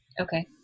Okay